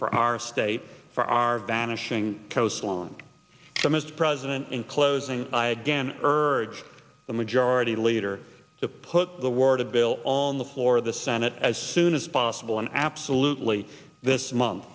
for our state for our vanishing coastline from this president in closing i again urge the majority leader to put the word a bill on the floor of the senate as soon as possible and absolutely this month